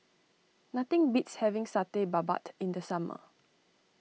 nothing beats having Satay Babat in the summer